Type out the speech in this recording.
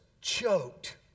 choked